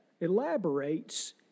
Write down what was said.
elaborates